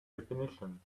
definition